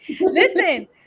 Listen